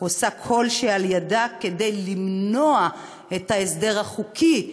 עושה כל שלאל ידה כדי למנוע את ההסדר החוקי,